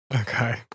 Okay